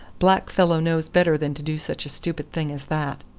black fellow knows better than to do such a stupid thing as that.